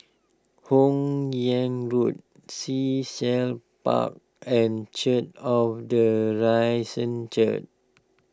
Hun Yeang Road Sea Shell Park and cheer of the Risen cheer